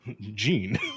Gene